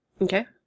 Okay